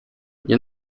nie